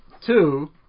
two